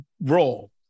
role